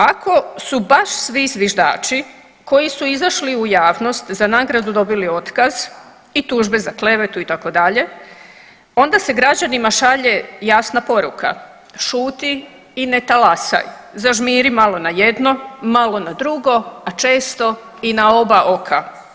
Ako su baš svi zviždači koji su izašli u javnost za nagradu dobili otkaz i tužbe za klevetu itd., onda se građanima šalje jasna poruka šuti i ne talasaj, zažmiri malo na jedno, malo na drugo, a često i na oba oka.